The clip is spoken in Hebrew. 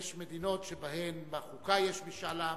יש מדינות שבחוקה שלהן יש משאל עם.